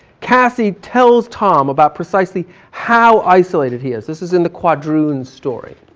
cassie tells tom about precisely how isolated he is. this is in the quadroon story.